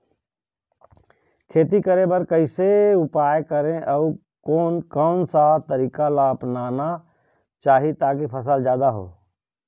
खेती करें बर कैसे उपाय करें अउ कोन कौन सा तरीका ला अपनाना चाही ताकि फसल जादा हो?